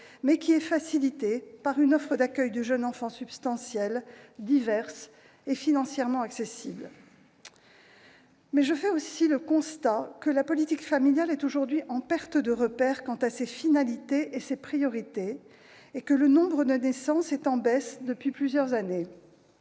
mais qui est facilitée par une offre d'accueil du jeune enfant substantielle, diverse et financièrement accessible. Mais je fais aussi le constat que la politique familiale est aujourd'hui en perte de repères quant à ses finalités et ses priorités, et que le nombre de naissance est en baisse depuis plusieurs années.